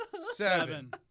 seven